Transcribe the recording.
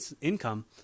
income